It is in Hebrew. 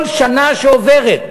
כל שנה שעוברת,